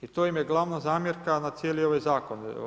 I to im je glavna zamjerka, na cijeli ovaj zakon.